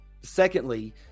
Secondly